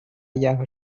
jahre